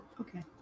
Okay